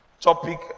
topic